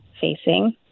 facing